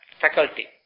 faculty